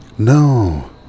No